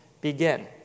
begin